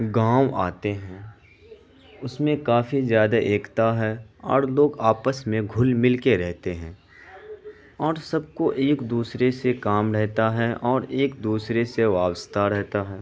گاؤں آتے ہیں اس میں کافی زیادہ ایکتا ہے اور لوگ آپس میں گھل مل کے رہتے ہیں اور سب کو ایک دوسرے سے کام رہتا ہے اور ایک دوسرے سے وابستہ رہتا ہے